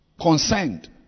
concerned